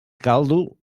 caldo